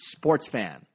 sportsfan